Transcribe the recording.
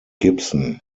gibson